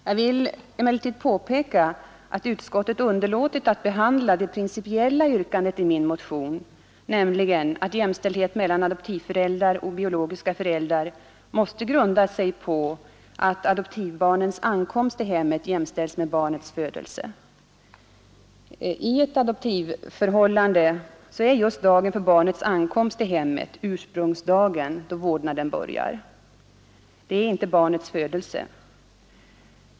Jag vill emellertid påpeka att utskottet underlåtit att behandla det principiella yrkandet i min motion, nämligen att jämställdhet mellan adoptivföräldrar och biologiska föräldrar måste grunda sig på att adoptivbarnets ankomst till hemmet jämställs med barnets födelse. I ett adoptivförhållande är ju just dagen för barnets ankomst till hemmet ursprungsdagen, då vårdnaden börjar; det är däremot inte barnets födelse.